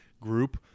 group